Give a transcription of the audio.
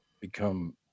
become